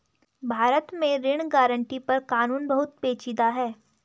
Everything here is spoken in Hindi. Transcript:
भारत में ऋण गारंटी पर कानून बहुत पेचीदा है